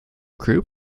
group